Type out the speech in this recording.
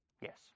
Yes